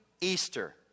Easter